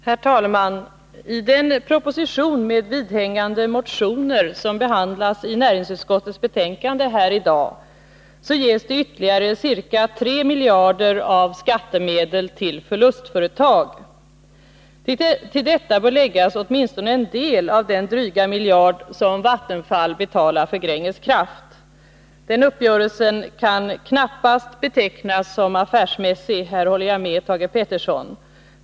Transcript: Herr talman! I den proposition med vidhängande motioner som behandlas i näringsutskottets betänkande här i dag ges ytterligare ca 3 miljarder av skattemedel till förlustföretag. Till detta bör läggas åtminstone en del av den dryga miljard som Vattenfall betalar för Gränges kraft. Den uppgörelsen kan knappast betecknas som affärsmässig — här håller jag med Thage Peterson.